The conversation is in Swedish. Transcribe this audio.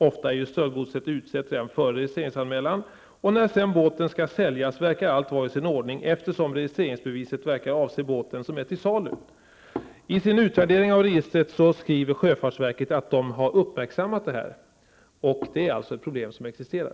Ofta är stöldgodset utsett redan före registreringsanmälan. När sedan båten skall säljas verkar allt vara i sin ordning, eftersom registreringsbeviset verkar avse båten som är till salu. I sin utvärdering av registret skriver sjöfartsverket att man har uppmärksammat detta. Det är alltså ett problem som existerar.